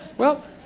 well,